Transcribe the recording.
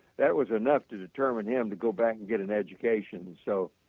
that was enough to determine him to go back and get an education. so,